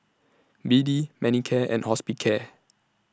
B D Manicare and Hospicare